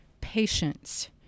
patience